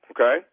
okay